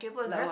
like what